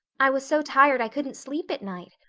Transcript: i was so tired i couldn't sleep at night.